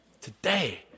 Today